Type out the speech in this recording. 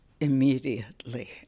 immediately